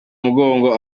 mugongo